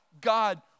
God